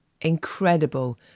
incredible